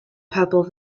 purple